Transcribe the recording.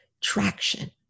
traction